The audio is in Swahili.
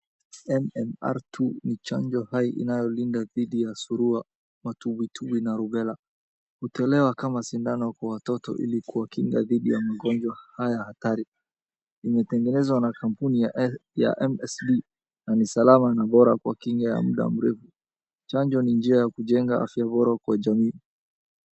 MMR II ni chanjo ambayo inayolinda dhidi ya surua, matumbwi tumbwi na rubela. Hutolewa kama sindano kwa watoto ili kuwakinga dhidi ya magonjwa haya hatari, imetengenezwa na kampuni ya MSD na ni salama na bora kwa kinga ya mda mrefu. Chanjo ni njia ya kujenga afya bora kwa jamii.